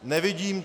Nevidím...